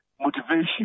motivation